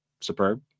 superb